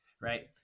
Right